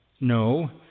No